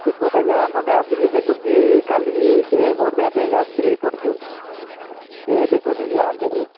ଏପଟେ ଗାଁ ପଟେ ଆସିକି ଦେଖୁଛି ଖାଲି ସେ ଭୋଟ୍ ଦେବା ପାଇଁ ଆସିଥିଲି ଏପଟକୁ ସେ ଦେଖୁଛି ଯାହାର ଦେଖିଲେ